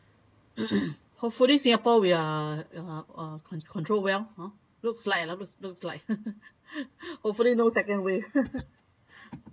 hopefully singapore we are uh uh control well hor looks like looks like hopefully no second wave